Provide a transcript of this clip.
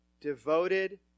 devoted